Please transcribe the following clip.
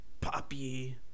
Poppy